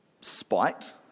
spite